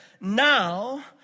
Now